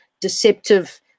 deceptive